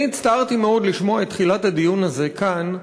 אני הצטערתי מאוד לשמוע את תחילת הדיון הזה כאן,